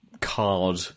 card